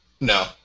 No